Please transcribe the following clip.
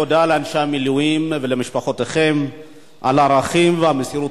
תודה לאנשי המילואים ולמשפחותיהם על הערכים ומסירות